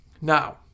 Now